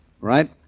Right